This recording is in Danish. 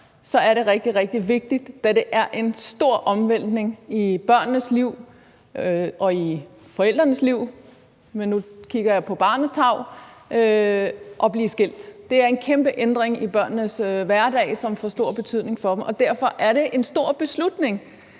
er det rigtig, rigtig vigtigt, da en skilsmisse er en stor omvæltning i børnenes liv og i forældrenes liv, men nu kigger jeg på barnets tarv. Det er en kæmpe ændring i børnenes hverdag, som får stor betydning for dem. Derfor er det en stor beslutning